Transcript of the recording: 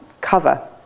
cover